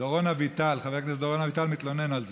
דורון אביטל, חבר הכנסת דורון אביטל מתלונן על זה.